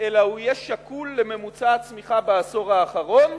אלא הוא יהיה שקול לממוצע הצמיחה בעשור האחרון